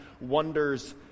wonders